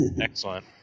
Excellent